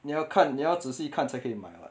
你要看你要仔细看才可以买 [what]